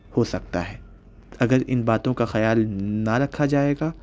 ہو سکتا ہے اگر اِن باتوں کا خیال نہ رکھا جائے گا